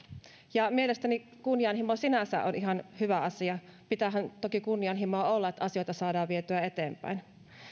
ja mielestäni kunnianhimo sinänsä on ihan hyvä asia pitäähän toki kunnianhimoa olla että asioita saadaan vietyä eteenpäin